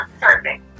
Perfect